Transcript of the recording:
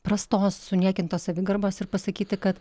prastos suniekintos savigarbos ir pasakyti kad